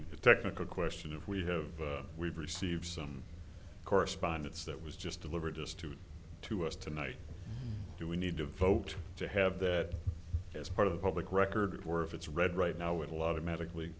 a technical question if we have we've received some correspondence that was just delivered just to to us tonight do we need to vote to have that as part of the public record or if it's read right now would a lot of medically